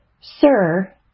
sir